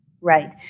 right